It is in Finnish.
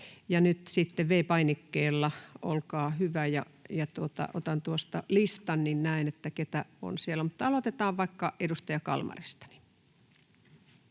Nyt sitten V-painikkeella, olkaa hyvä, ja otan tuosta listan, niin näen, ketä on siellä. — Aloitetaan vaikka edustaja Kalmarista.